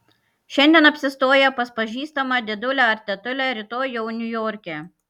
šiandien apsistoję pas pažįstamą dėdulę ar tetulę rytoj jau niujorke